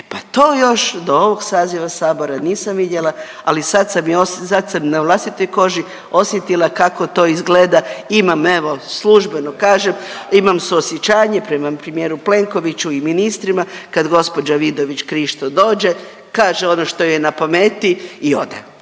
e pa to još do ovog saziva sabora nisam vidjela, ali sad sam, sad sam na vlastitoj koži osjetila kako to izgleda. Imam evo, službeno kažem, imam suosjećanje prema premijeru Plenkoviću i ministrima kad gđa. Vidović Krišto dođe, kaže ono što joj je na pameti i ode,